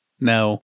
no